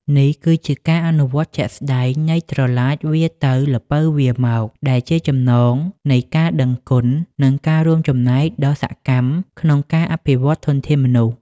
នេះគឺជាការអនុវត្តជាក់ស្តែងនៃ "ត្រឡាចវារទៅ ល្ពៅវារមក" ដែលជាចំណងនៃការដឹងគុណ និងការរួមចំណែកដ៏សកម្មក្នុងការអភិវឌ្ឍធនធានមនុស្ស។